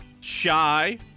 Shy